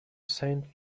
saint